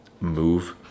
move